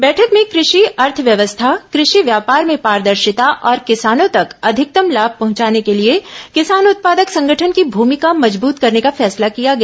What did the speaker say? बैठक में कृषि अर्थव्यवस्था कृषि व्यापार में पारदर्शिता और किसानों तक अधिकतम लाम पहचाने के लिए किसान उत्पादक संगठन की भूमिका मजबूत करने का फैसला किया गया